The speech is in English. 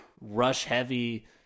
rush-heavy